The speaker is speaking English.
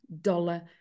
dollar